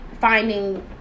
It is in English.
finding